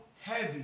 heavy